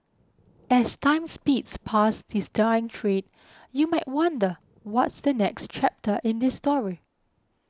as time speeds past this dying trade you might wonder what's the next chapter in this story